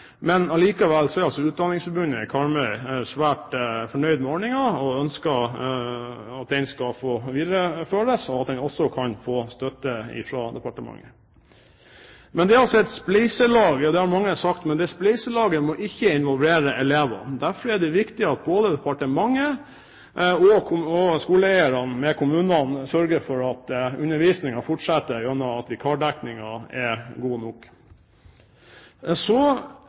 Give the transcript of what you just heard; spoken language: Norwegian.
Allikevel er Utdanningsforbundet Karmøy svært fornøyd med ordningen og ønsker at den skal videreføres, og at den også kan få støtte fra departementets side. Det er altså et spleiselag – det har mange sagt – men det spleiselaget må ikke involvere elevene. Derfor er det viktig at både departementet og skoleeierne ved kommunene sørger for at undervisningen fortsetter gjennom at vikardekningen er god nok.